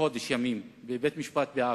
חודש ימים בבית-משפט בעכו.